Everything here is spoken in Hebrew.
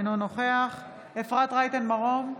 אינו נוכח אפרת רייטן מרום,